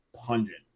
pungent